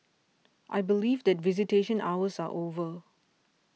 I believe that visitation hours are over